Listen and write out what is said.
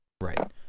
Right